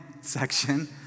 section